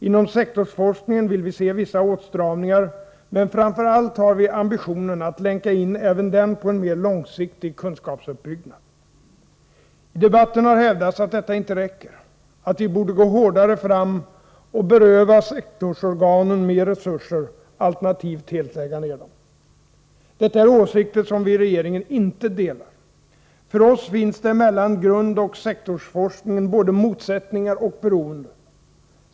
Inom sektorsforskningen vill vi se vissa åtstramningar, men framför allt har vi ambitionen att länka in även den på en mer långsiktig kunskapsuppbyggnad. I debatten har hävdats att detta inte räcker, att vi borde gå hårdare fram och beröva sektorsorganen mer resurser — alternativt helt lägga ned dem. Detta är åsikter som vi i regeringen inte delar. För oss finns det mellan grundoch sektorsforskningen både motsättningar och beroende.